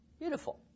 Beautiful